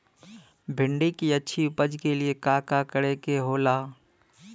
भिंडी की अच्छी उपज के लिए का का करे के होला?